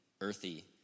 earthy